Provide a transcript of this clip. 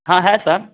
हाँ है सर